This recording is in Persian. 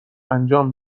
انجام